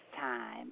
time